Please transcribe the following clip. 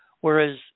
Whereas